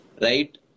right